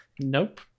Nope